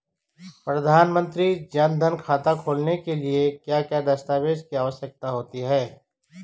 प्रधानमंत्री जन धन खाता खोलने के लिए क्या क्या दस्तावेज़ की आवश्यकता होती है?